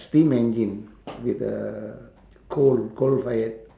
steam engine with a coal coal fire